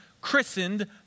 christened